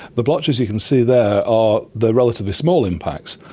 the blotches you can see there are the relatively small impacts.